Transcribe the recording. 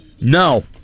No